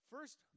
First